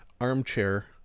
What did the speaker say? armchair